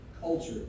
culture